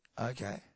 Okay